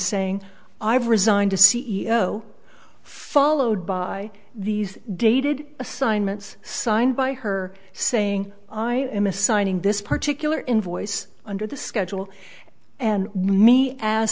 saying i've resigned to c e o followed by these dated assignments signed by her saying i am assigning this particular invoice under the schedule and